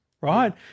right